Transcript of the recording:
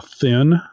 thin